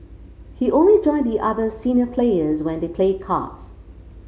he only join the other senior players when they played cards